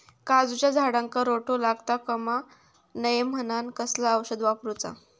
काजूच्या झाडांका रोटो लागता कमा नये म्हनान कसला औषध वापरूचा?